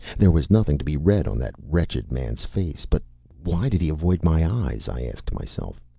there was nothing to be read on that wretched man's face. but why did he avoid my eyes, i asked myself.